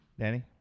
Danny